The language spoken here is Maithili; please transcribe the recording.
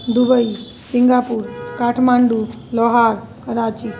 Dubai Singapore Kathmandu Lahore Karachi